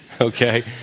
okay